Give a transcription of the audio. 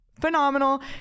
phenomenal